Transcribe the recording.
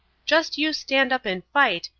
just you stand up and fight,